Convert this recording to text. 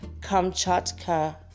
Kamchatka